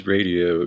Radio